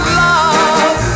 love